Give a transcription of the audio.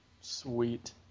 Sweet